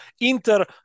Inter